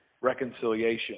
reconciliation